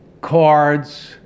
cards